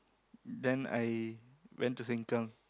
then I went to sengkang